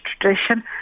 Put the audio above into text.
tradition